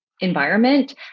Environment